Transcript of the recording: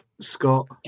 Scott